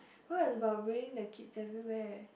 what about bringing the kids everywhere